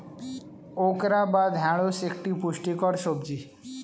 okra বা ঢ্যাঁড়স একটি পুষ্টিকর সবজি